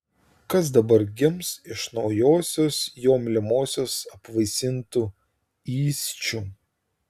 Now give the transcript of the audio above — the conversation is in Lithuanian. kas dabar gims iš naujosios jo mylimosios apvaisintų įsčių